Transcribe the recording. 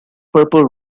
purple